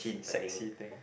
sexy thing